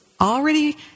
already